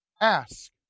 Ask